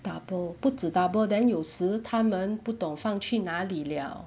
double 不止 double then 有时他们不懂放去哪里了